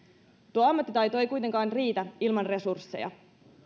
tuo ammattitaito ei kuitenkaan riitä ilman resursseja